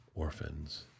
Orphans